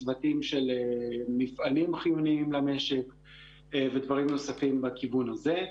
צוותים של מפעלים חיוניים למשק ודברים נוספים בכיוון הזה.